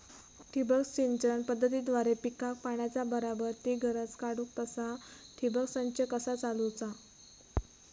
ठिबक सिंचन पद्धतीद्वारे पिकाक पाण्याचा बराबर ती गरज काडूक तसा ठिबक संच कसा चालवुचा?